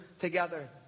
together